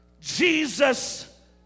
Jesus